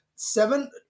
Seven